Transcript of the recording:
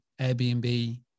Airbnb